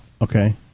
Okay